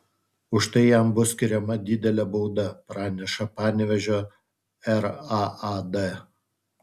už tai jam bus skiriama didelė bauda praneša panevėžio raad